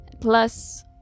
Plus